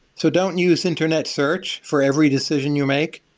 so don't use internet search for every decision you make.